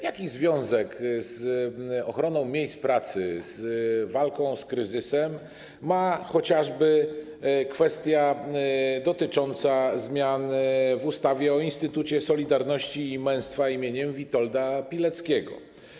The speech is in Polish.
Jaki związek z ochroną miejsc pracy, z walką z kryzysem ma chociażby kwestia dotycząca zmian w ustawie o Instytucie Solidarności i Męstwa im. Witolda Pileckiego?